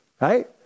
right